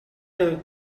her